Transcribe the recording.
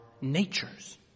natures